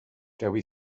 dewi